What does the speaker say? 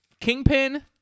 Kingpin